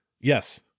Yes